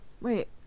Wait